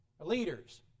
Leaders